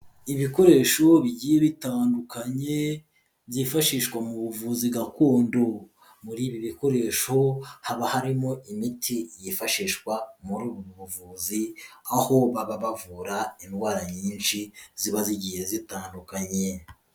Ibikoresho bigiye bitandukanye byifashishwa mu buvuzi gakondo, muri ibi bikoresho haba harimo imiti yifashishwa muri ubu buvuzi, aho baba bavura indwara nyinshi ziba zigiye zitandukanye.